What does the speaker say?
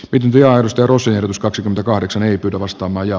pidin diaarstödusyritys kaksikymmentäkahdeksan ei pidä vastamaja